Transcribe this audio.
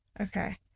Okay